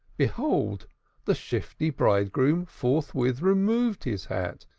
behold the shifty bridegroom forthwith removed his hat,